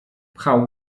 pchał